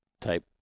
type